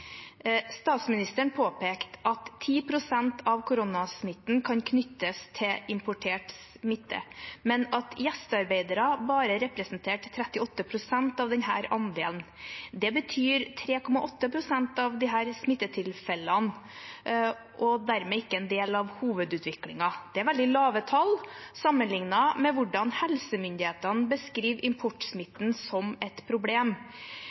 Statsministeren påpekte at 10 pst. av koronasmitten kan knyttes til importert smitte, men at gjestearbeidere bare representerte 38 pst. av denne andelen. Det betyr 3,8 pst. av disse smittetilfellene, og det er dermed ikke en del av hovedutviklingen. Det er veldig lave tall sammenliknet med hvordan helsemyndighetene beskriver importsmitten som et problem.